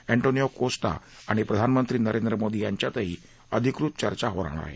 Antonio Costa आणि प्रधानमंत्री नरेंद्र मोदी यांच्यातही अधिकृत चर्चा होणार आहे